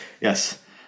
Yes